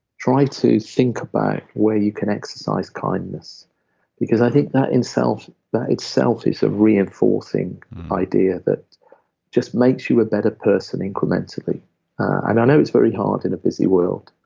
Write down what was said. try to think about where you can exercise kindness because i think that itself that itself is a reinforcing idea that just makes you a better person incrementally i and know it's very hard in a busy world,